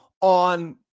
on